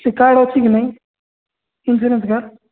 ସେ କାର୍ଡ଼୍ ଅଛି କି ନାହିଁ ଇନ୍ସୁରାନ୍ସ୍ କାର୍ଡ଼୍